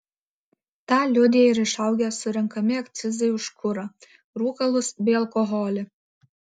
tą liudija ir išaugę surenkami akcizai už kurą rūkalus bei alkoholį